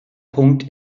punkt